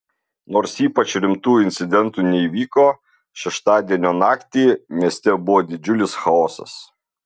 nors ypač rimtų incidentų neįvyko šeštadienio naktį mieste buvo didžiulis chaosas